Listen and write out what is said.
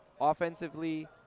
offensively